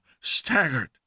staggered